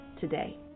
today